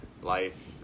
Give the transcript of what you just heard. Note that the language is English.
Life